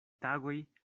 tagoj